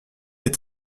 est